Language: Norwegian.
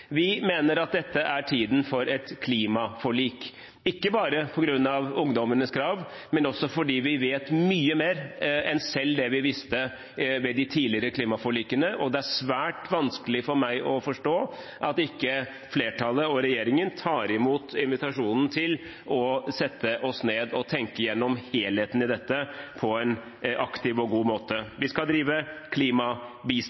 Vi mener at dette er tiden for et klimaforlik, ikke bare på grunn av ungdommenes krav, men også fordi vi vet mye mer enn vi visste ved de tidligere klimaforlikene. Det er svært vanskelig for meg å forstå at flertallet og regjeringen ikke tar imot invitasjonen til å sette seg ned og tenke gjennom helheten i dette på en aktiv og god måte.